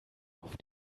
auf